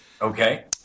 Okay